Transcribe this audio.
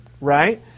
right